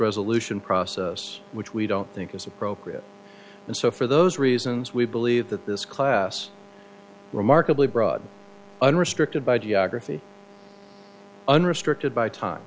resolution process which we don't think is appropriate and so for those reasons we believe that this class remarkably broad and restricted by geography unrestricted by time